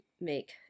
make